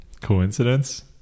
coincidence